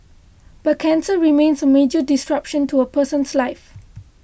but cancer remains a major disruption to a person's life